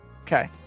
Okay